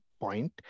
point